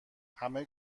همه